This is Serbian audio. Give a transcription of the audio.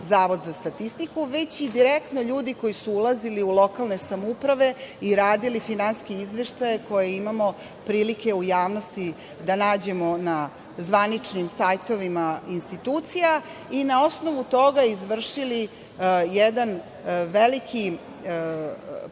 Zavod za statistiku, već i direktno ljudi koji su ulazili u lokalne samouprave i radili finansijske izveštaje koje imamo prilike u javnosti da nađemo na zvaničnim sajtovima institucija. Na osnovu toga su radili jedan program,